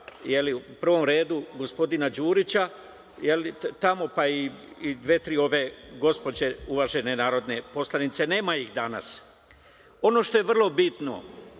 u prvom redu gospodina Đurića, i dve tri ove gospođe, uvažene narodne poslanice, nema ih danas. Ono što je vrlo bitno,